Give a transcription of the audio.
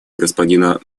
господина